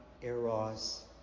eros